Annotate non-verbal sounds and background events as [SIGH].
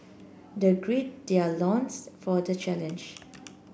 they [UNINTELLIGIBLE] their loins for the challenge